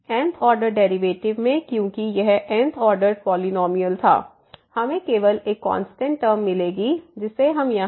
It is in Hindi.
n th ऑर्डर डेरिवेटिव में क्योंकि यह n th ऑर्डर पॉलिनॉमियल था हमें केवल एक कांस्टेंट टर्म मिलेगी जिसे हम यहां n